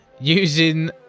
using